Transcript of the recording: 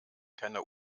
keiner